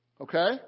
Okay